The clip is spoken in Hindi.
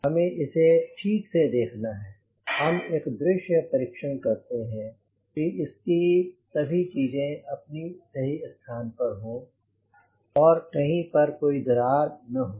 हमें इसे ठीक से देखना है हम एक दृश्य परीक्षण करते हैं की इसकी सभी चीजें अपने सही स्थान पर हों और कही पर कोई दरार न हो